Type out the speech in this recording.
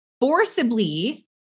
forcibly